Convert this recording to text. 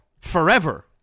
forever